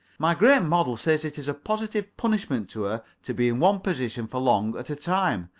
my great model says it is a positive punishment to her to be in one position for long at a time,